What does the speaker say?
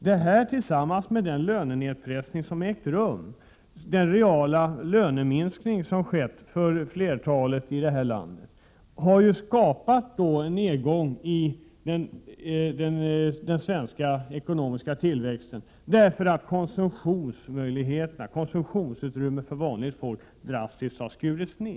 Devalveringarna har tillsammans med den lönenedpressning som har ägt rum, den reala löneminskning som skett för flertalet här i landet, skapat en nedgång i ekonomins tillväxttakt i Sverige på grund av att konsumtionsutrymmet för vanligt folk därmed drastiskt har skurits ned.